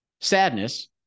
Sadness